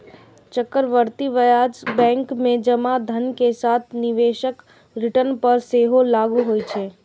चक्रवृद्धि ब्याज बैंक मे जमा धन के साथ निवेशक रिटर्न पर सेहो लागू होइ छै